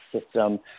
system